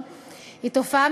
בתנאים